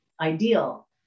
ideal